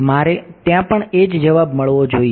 મારે ત્યાં પણ એ જ જવાબ મળવો જોઈએ